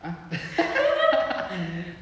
ah